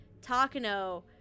Takano